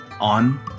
on